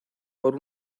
por